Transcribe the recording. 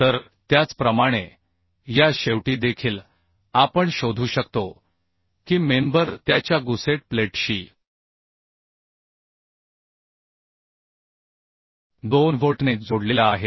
तर त्याचप्रमाणे या शेवटी देखील आपण शोधू शकतो की मेंबर त्याच्या गुसेट प्लेटशी 2 व्होल्टने जोडलेला आहे